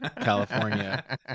California